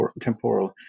temporal